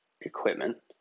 equipment